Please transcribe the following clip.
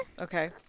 Okay